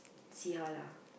see how lah